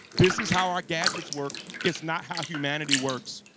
this is how our gadgets work, it's not how humanity works.